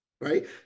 right